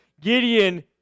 Gideon